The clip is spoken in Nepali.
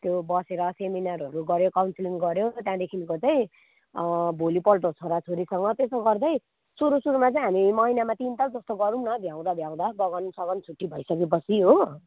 त्यो बसेर सेमिनारहरू गर्यो काउन्सिलिङ गर्यो त्यहाँदेखिको चाहिँ भोलिपल्ट छोराछोरीसँग त्यसो गर्दै सुरुसुरुमा चाहिँ हामी महिनामा तिनताल जस्तो गरौँ न भ्याउँदा भ्याउँदा बगानसगान छुट्टी भइसकेपछि हो